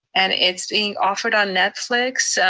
and it's being offered on netflix.